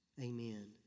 Amen